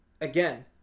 again